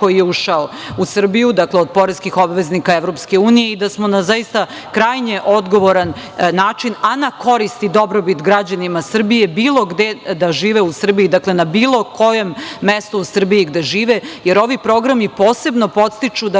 koji je ušao u Srbiju, dakle od poreskih obveznika Evropske unije, i da smo na zaista krajnje odgovoran način, a na korist i dobrobit građanima Srbije, bilo gde da žive u Srbiji, dakle, na bilo kojem mestu u Srbiji da žive, jer ovi programi posebno podstiču